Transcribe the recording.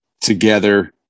together